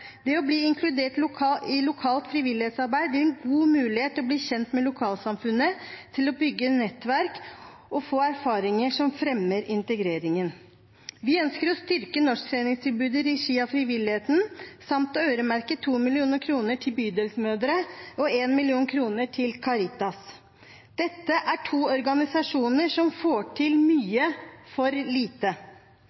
Det å bli inkludert i lokalt frivillighetsarbeid gir en god mulighet til å bli kjent med lokalsamfunnet, til å bygge nettverk og til å få erfaringer som fremmer integreringen. Vi ønsker å styrke norsktreningstilbudet i regi av frivilligheten samt å øremerke 2 mill. kr til Bydelsmødre og 1 mill. kr til Caritas. Dette er to organisasjoner som får til